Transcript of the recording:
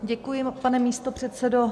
Děkuji, pane místopředsedo.